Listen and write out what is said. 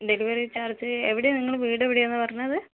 delivery charge എവിടെയാണ് നിങ്ങളെ വീട് എവിടെയാന്നാ പറഞ്ഞത്